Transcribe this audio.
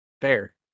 fair